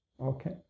Okay